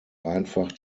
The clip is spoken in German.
einfach